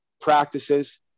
practices